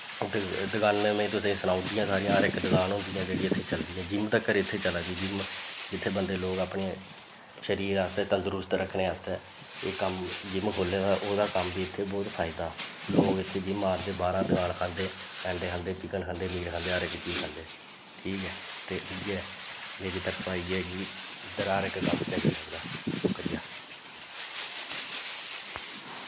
दका दकानां में तुसेंगी सनाऊ ओड़ी दियां सारियां हर इक दकान होन्दियां जेह्ड़ियां इत्थें चलदियां जिम तकर इत्थें चल दी जिम जित्थें बंदे लोक अपने शरीर आस्तै तंदरुस्त रक्खने आस्तै एह् कम्म जिम खोह्ले दा ओह्दा कम्म बी इत्थें बोह्त फायदा लोग इत्थें जिम मारदे बाह्रा दकान खांदे आंडे खंदे चिकन खंदे मीट खंदे हर इक चीज़ खंदे ठीक ऐ ते इ'यै मेरी तरफा इ'यै कि इद्धर हर इक कम्म चली सकदा शुक्रिया